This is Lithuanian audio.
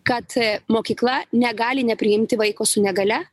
kad mokykla negali nepriimti vaiko su negalia